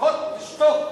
לפחות תשתוק.